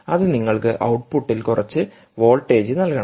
അത് നിങ്ങൾക്ക് ഔട്ട്പുട്ടിൽ കുറച്ച് വോൾട്ടേജ് നൽകണം